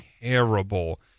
terrible